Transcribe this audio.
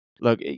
look